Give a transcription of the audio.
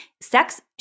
sex